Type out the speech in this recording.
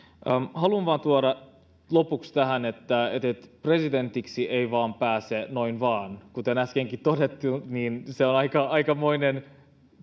haluan tuoda lopuksi tähän sen että presidentiksi ei pääse noin vain kuten äskenkin todettiin se on aikamoinen